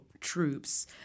troops